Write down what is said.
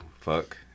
Fuck